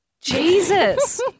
Jesus